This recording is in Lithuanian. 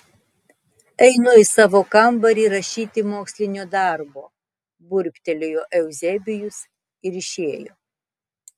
einu į savo kambarį rašyti mokslinio darbo burbtelėjo euzebijus ir išėjo